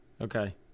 Okay